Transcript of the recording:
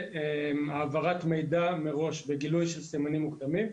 העברת מידע מראש וגילוי של סימנים מוקדמים.